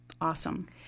awesome